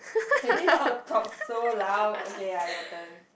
can you not talk so loud okay ya your turn